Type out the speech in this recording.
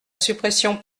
suppression